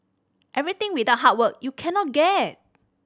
everything without hard work you cannot get